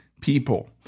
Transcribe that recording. people